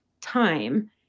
time